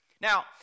Now